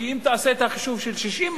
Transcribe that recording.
כי אם תעשה את החישוב של 60,000,